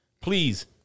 please